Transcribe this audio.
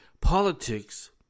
Politics